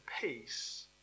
peace